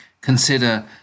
Consider